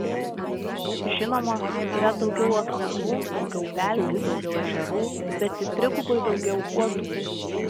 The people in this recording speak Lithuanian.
žinoma yra daugiau akmenų daugiau pelkių daugiau ežerų bet ir trigubai daugiau uodų